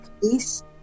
peace